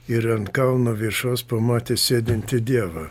ir ant kalno viršaus pamatė sėdintį dievą